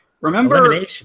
Remember